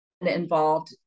involved